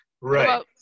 right